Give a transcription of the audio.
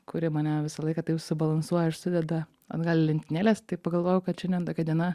kuri mane visą laiką taip subalansuoja ir sudeda atgal į lentynėles tai pagalvojau kad šiandien tokia diena